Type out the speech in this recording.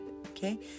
okay